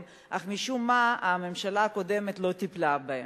אך משום מה הממשלה הקודמת לא טיפלה בהם.